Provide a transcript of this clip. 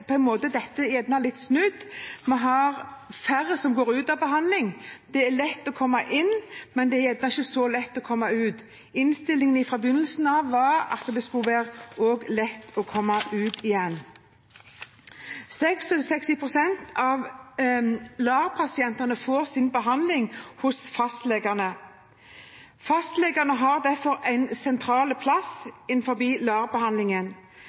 på en måte snudd. Vi har færre som går ut av behandling. Det er lett å komme inn, men det er ikke så lett å komme ut. Innstillingen fra begynnelsen av var at det skulle være lett også å komme ut igjen. 66 pst. av LAR-pasientene får sin behandling hos fastlegen. Fastlegene har derfor en sentral plass